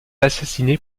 assassinée